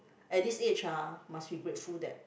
at this age ah must be grateful that